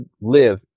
live